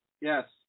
Yes